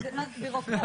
מה זה בירוקרטיה?